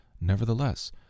nevertheless